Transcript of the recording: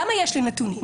למה יש לי נתונים?